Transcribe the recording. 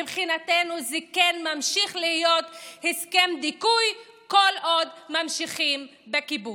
מבחינתנו זה כן ממשיך להיות הסכם דיכוי כל עוד ממשיכים בכיבוש.